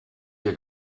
dir